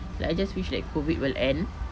like I just wish that COVID will end